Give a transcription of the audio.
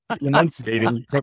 Enunciating